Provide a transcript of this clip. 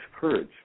courage